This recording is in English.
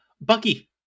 Bucky